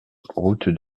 route